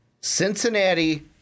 Cincinnati